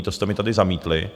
To jste mi tady zamítli.